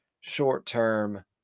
short-term